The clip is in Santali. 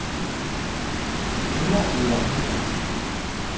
ᱢᱮᱱᱟᱜ ᱜᱮᱭᱟ ᱢᱮᱱᱟᱜ ᱜᱮᱭᱟ